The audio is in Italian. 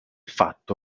fatto